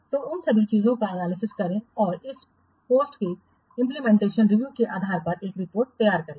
तो उन सभी चीजों का एनालिसिसकरें तो इस पोस्ट के इंप्लीमेंटेशनकी रिव्यू के आधार पर एक रिपोर्ट तैयार करें